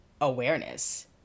awareness